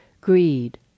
Greed